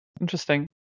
Interesting